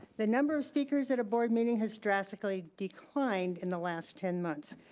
the number of speakers at a board meeting has drastically declined in the last ten months.